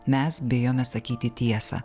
mes bijome sakyti tiesą